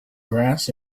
grass